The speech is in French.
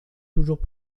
toujours